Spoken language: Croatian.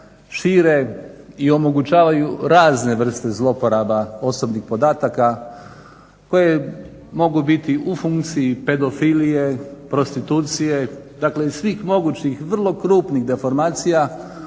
šire i omogućavaju razne vrste zlouporaba osobnih podataka koji mogu biti u funkciji pedofilije, prostitucije, dakle svih mogućih vrlo krupnih deformacija,